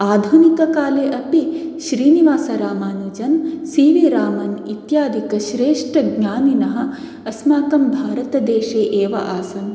आधुनिककाले अपि श्रीनिवासरामानुजं सी वी रामन् इत्यादिक श्रेष्ठ ज्ञानीनः अस्माकं भारतदेशे एव आसन्